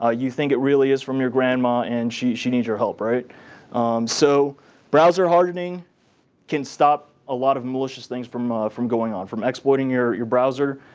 ah you think it really is from your grandma and she she needs your help. so browser hardening can stop a lot of malicious things from from going on, from exploiting your your browser.